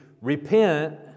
repent